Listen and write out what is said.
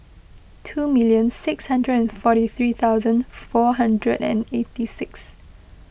two million six hundred and forty three thousand four hundred and eighty six